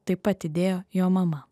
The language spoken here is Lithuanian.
taip pat įdėjo jo mama